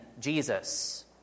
Jesus